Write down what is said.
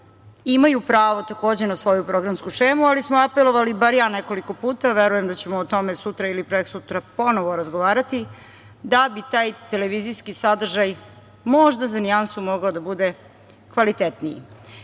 imaju pravo takođe na svoju programsku šemu, ali smo apelovali, bar ja nekoliko puta, verujem da ćemo o tome sutra ili prekosutra ponovo razgovarati, da bi taj televizijski sadržaj možda za nijansu mogao da bude kvalitetniji. Dakle,